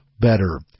better